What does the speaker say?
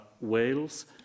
Wales